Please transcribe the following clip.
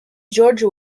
george